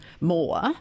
more